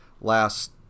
last